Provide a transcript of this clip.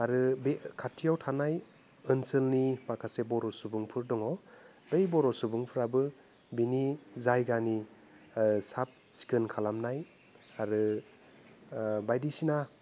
आरो बे खाथियाव थानाय ओनसोलनि माखासे बर' सुबुंफोर दङ बै बर' सुबुंफ्राबो बेनि जायगानि साब सिखोन खालामनाय आरो बायदिसिना